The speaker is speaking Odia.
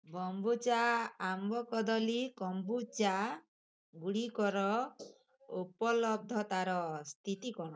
ବମ୍ବୁଚା ଆମ୍ବ କଦଲୀ କମ୍ବୁଚାଗୁଡ଼ିକର ଉପଲବ୍ଧତାର ସ୍ଥିତି କ'ଣ